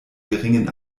geringen